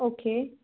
okay